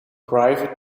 private